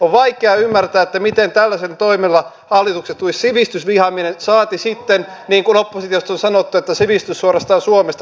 on vaikea ymmärtää miten tällaisilla toimilla hallituksesta tulisi sivistysvihamielinen saati sitten niin kuin oppositiosta on sanottu että sivistys suorastaan suomesta tuhoutuu